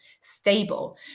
stable